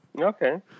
Okay